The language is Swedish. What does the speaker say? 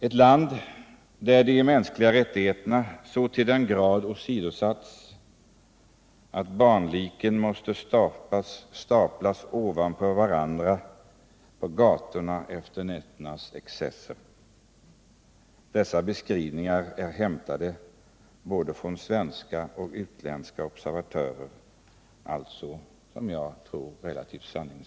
Ett land där de mänskliga rättigheterna så till den grad åsidosatts att barnliken måste staplas ovanpå varandra på gatorna efter nätternas excesser! Dessa beskrivningar har lämnats av både svenska och utländska observatörer, och de är, som jag tror, sanningsenliga.